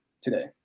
today